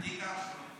גם אני, שלמה.